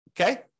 okay